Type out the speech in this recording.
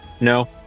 No